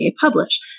publish